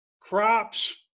crops